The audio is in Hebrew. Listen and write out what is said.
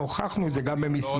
הוכחנו את זה גם במסמכים.